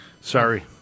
Sorry